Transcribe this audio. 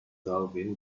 darwin